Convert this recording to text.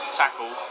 tackle